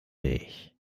dich